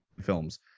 films